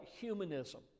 humanism